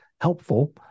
helpful